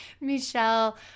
Michelle